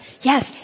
Yes